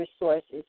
resources